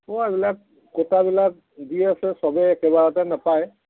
দি আছে চবেই একেবাৰেতে নেপায়